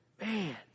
Man